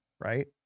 right